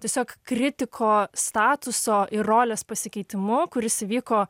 tiesiog kritiko statuso ir rolės pasikeitimu kuris įvyko